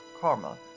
Karma